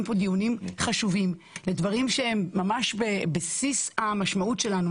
כאן דיונים חשובים בדברים שהם ממש בבסיס המשמעות שלנו,